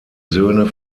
söhne